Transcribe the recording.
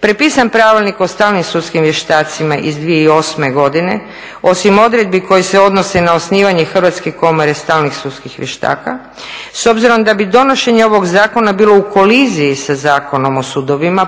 prepisan Pravilnik o stalnim sudskim vještacima iz 2008. godine, osim odredbi koje se odnose na osnivanje Hrvatske komore stalnih sudskih vještaka, s obzirom da bi donošenje ovog zakona bilo u koliziji sa Zakonom o sudovima,